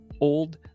Old